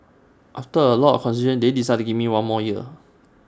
after A lot of consideration they decided to give me one more year